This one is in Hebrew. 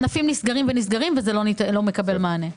ענפים נסגרים ונסגרים וזה לא מקבל מענה.